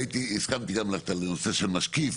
הסכמתי גם לנושא של משקיף,